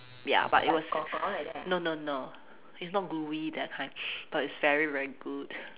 ya but it was no no no it's not gluey that kind but it's very very good